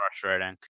frustrating